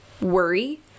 worry